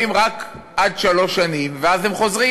באים רק עד שלוש שנים ואז הם חוזרים.